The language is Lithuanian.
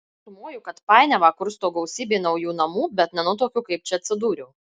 sumoju kad painiavą kursto gausybė naujų namų bet nenutuokiu kaip čia atsidūriau